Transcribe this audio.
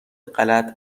غلط